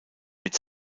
mit